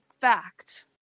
fact